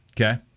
Okay